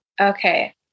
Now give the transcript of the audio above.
Okay